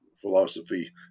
philosophy